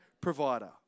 provider